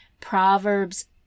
Proverbs